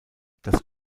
das